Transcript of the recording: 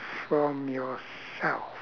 from yourself